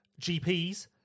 gps